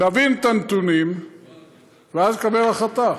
נבין את הנתונים ואז נקבל החלטה.